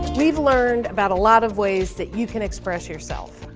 we've learned about a lot of ways that you can express yourself.